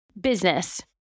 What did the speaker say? business